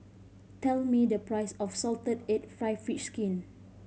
tell me the price of salted egg fried fish skin